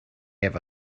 efo